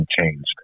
changed